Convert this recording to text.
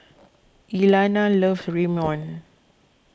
Elana loves Ramyeon